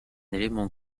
élément